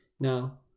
Now